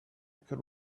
could